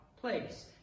place